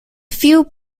few